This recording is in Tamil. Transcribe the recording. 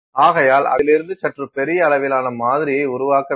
ஆகையால் அதிலிருந்து சற்று பெரிய அளவிலான மாதிரியை உருவாக்க வேண்டும்